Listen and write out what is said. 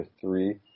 three